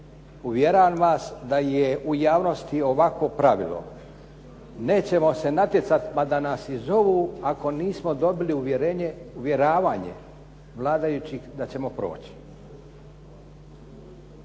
uvjeravam vas da je u javnosti ovakvo pravilo, nećemo se natjecati pa da nas i zovu ako nismo dobili uvjeravanje vladajućih da ćemo proći.